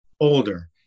older